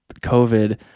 covid